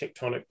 tectonic